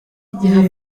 igihe